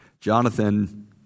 Jonathan